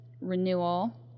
renewal